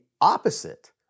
opposite